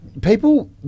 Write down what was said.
people